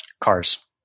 Cars